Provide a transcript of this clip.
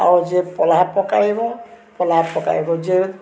ଆଉ ଯିଏ ପଲ୍ହା ପକାଇବ ପଲ୍ହା ପକାଇବ ଯିଏ